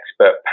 expert